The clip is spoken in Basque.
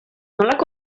nolako